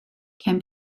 can